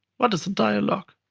what is a dialog?